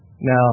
Now